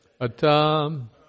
Atam